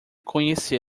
conhecê